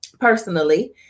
personally